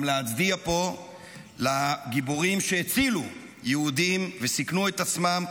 גם להצדיע פה לגיבורים שהצילו יהודים וסיכנו את עצמם,